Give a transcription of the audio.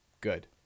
good